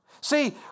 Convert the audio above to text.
See